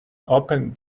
open